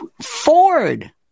Ford